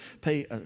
pay